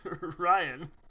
Ryan